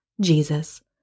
Jesus